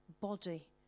body